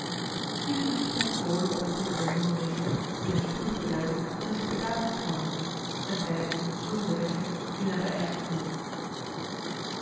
wiedu sprong vroolijk op tegen zijn nieuwen meester die hem spoedig beduidde dat hij zich bedaard moest houden en beiden sloegen den weg in die naar den ijsel voert